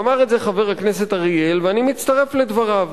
אמר את זה חבר הכנסת אריאל ואני מצטרף לדבריו.